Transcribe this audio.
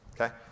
okay